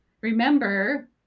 remember